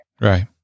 Right